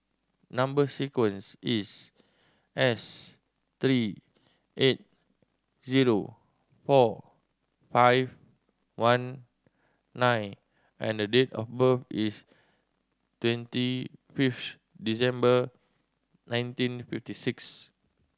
number sequence is S three eight zero four five one nine and date of birth is twenty fifth December nineteen fifty six